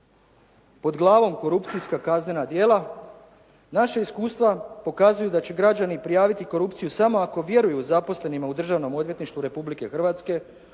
Pod glavom "Korupcijska kaznena djela": "Naša iskustva pokazuju da će građani prijaviti korupciju samo ako vjeruju zaposlenima u Državnom odvjetništvu Republike Hrvatske,